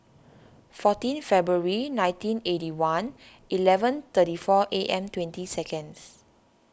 fourteen February nineteen eighty one eleven thirty four A M twenty seconds